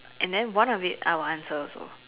and then one if it I will answer also